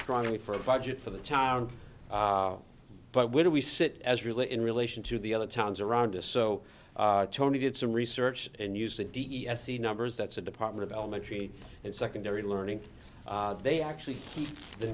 strongly for a budget for the town but where do we sit as really in relation to the other towns around us so tony did some research and use the d e s the numbers that's the department of elementary and secondary learning they actually teach the